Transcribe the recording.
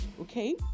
okay